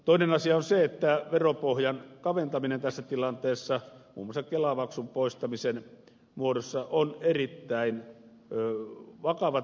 toinen asia on se että veropohjan kaventaminen tässä tilanteessa muun muassa kelamaksun poistamisen muodossa on erittäin vakava teko